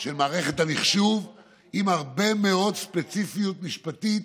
של מערכת המחשוב עם הרבה מאוד ספציפיות משפטית